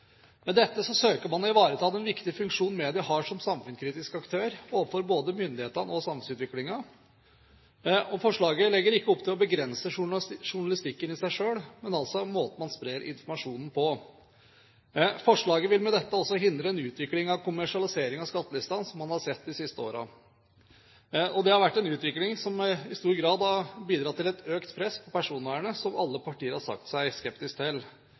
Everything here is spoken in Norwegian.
Med dette søker man å ivareta den viktige funksjonen media har som samfunnskritisk aktør overfor både myndighetene og samfunnsutviklingen. Forslaget legger ikke opp til å begrense journalistikken i seg selv, men altså måten man sprer informasjonen på. Forslaget vil med dette også hindre en utvikling av kommersialiseringen av skattelistene som man har sett de siste årene. Det har vært en utvikling som i stor grad har bidratt til et økt press på personvernet, som alle partier har sagt seg skeptiske til.